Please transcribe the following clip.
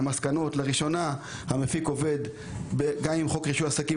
לראשונה המפיק עובד בהתאם לעקרונות חוק רישוי עסקים,